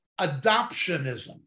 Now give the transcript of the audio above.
Adoptionism